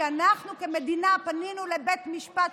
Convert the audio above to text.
שאנחנו כמדינה פנינו לבית משפט,